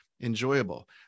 enjoyable